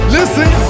Listen